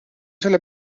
selle